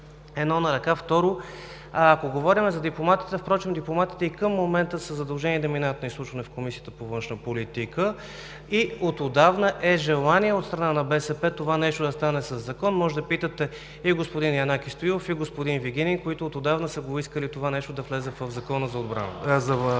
Едно на ръка. Второ, ако говорим за дипломатите, впрочем дипломатите и към момента са задължени да минават на изслушване в Комисията по външна политика и отдавна е желание от страна на БСП това нещо да стане със закон. Може да питате и господин Янаки Стоилов и господин Кристиан Вигенин, които отдавна са искали това нещо да влезе в Закона за